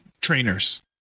trainers